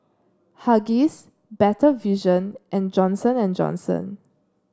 Huggies Better Vision and Johnson And Johnson